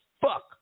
fuck